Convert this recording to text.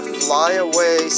flyaway